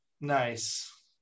Nice